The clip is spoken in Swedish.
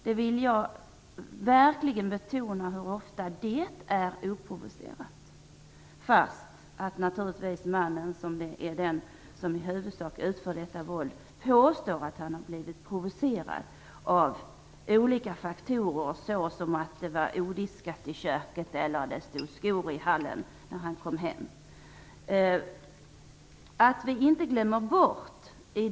Jag vill verkligen betona att det våldet ofta är oprovocerat, även om naturligtvis mannen - som är den som i huvudsak utför detta våld - påstår att han har blivit provocerad av olika faktorer. Han kan anföra att det var odiskat i köket eller att det stod skor i hallen när han kom hem.